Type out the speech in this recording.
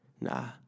Nah